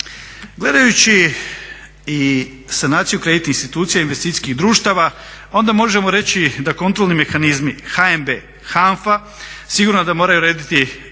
Gledajući i sanaciju kreditnih institucija i investicijskih društava onda možemo reći da kontroli mehanizmi HNB, HANFA sigurno da moraju urediti ja